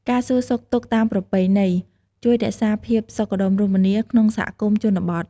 ការសួរសុខទុក្ខតាមប្រពៃណី ជួយរក្សាភាពសុខដុមរមនា ក្នុងសហគមន៍ជនបទ។